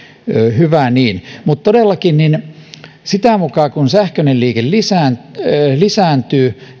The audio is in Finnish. hyvä niin mutta todellakin sitä mukaa kun sähköinen liikenne lisääntyy lisääntyy